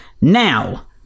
now